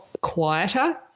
quieter